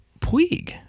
Puig